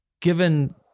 given